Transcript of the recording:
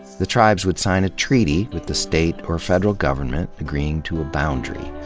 the tribes would sign a treaty with the state or federal government, agreeing to a boundary.